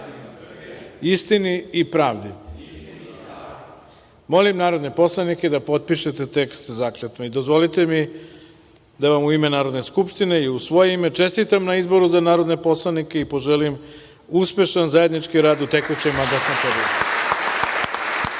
I PRAVDI".Molim narodne poslanike da potpišete tekst zakletve. Dozvolite mi da vam u ime Narodne skupštine i u svoje ime čestitam na izboru za narodne poslanike i poželim uspešan zajednički rad u tekućem mandatnom